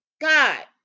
god